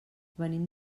venim